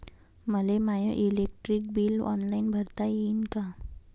मले my electric bill online भरता येईन का?